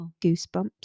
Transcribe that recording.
goosebumps